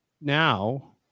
now